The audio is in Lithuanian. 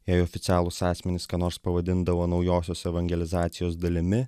jei oficialūs asmenys ką nors pavadindavo naujosios evangelizacijos dalimi